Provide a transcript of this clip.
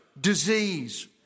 disease